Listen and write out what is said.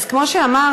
אז כמו שאמרתי,